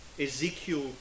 ezekiel